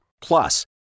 Plus